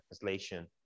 Translation